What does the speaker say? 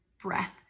breath